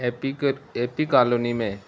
ایپی ایپی کالونی میں